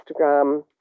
Instagram